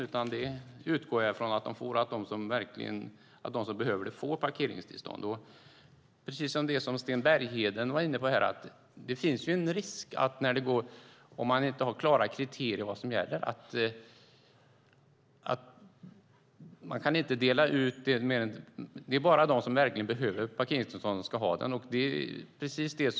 Jag utgår från att de som behöver det får parkeringstillstånd. Precis som Sten Bergheden var inne på: Om man inte har klara kriterier för vad som gäller finns det risker. Det är bara de som verkligen behöver parkeringstillstånd som ska ha det.